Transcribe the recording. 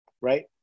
right